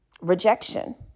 Rejection